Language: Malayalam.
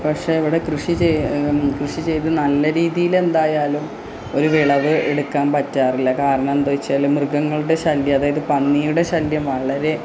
പക്ഷെ ഇവിടെ കൃഷി കൃഷി ചെയ്ത് നല്ല രീതിയിൽ എന്തായാലും ഒരു വിളവ് എടുക്കാൻ പറ്റാറില്ല കാരണം എന്ത് വച്ചാൽ മ്യഗങ്ങളുടെ ശല്യം അതായത് പന്നിയുടെ ശല്യം വളരെ